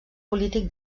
polític